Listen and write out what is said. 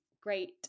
great